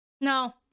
No